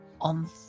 on